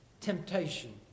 temptation